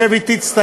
שב אתי ותסתכל,